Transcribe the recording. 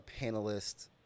panelist